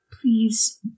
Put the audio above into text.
please